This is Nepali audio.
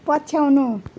पछ्याउनु